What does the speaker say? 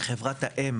חברת האם